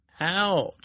Ouch